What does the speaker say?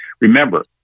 remember